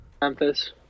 memphis